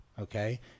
Okay